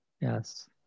Yes